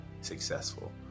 successful